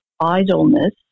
idleness